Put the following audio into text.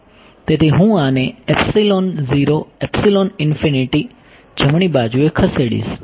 તેથી હું આને જમણી બાજુએ ખસેડીશ